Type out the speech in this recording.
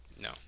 no